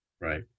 Right